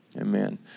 Amen